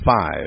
five